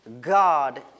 God